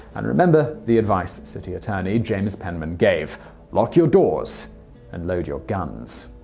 and remember the advice city attorney james penman gave lock your doors and load your guns.